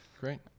Great